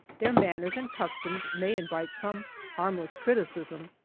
their man ners and customs may invite some harmless criticism,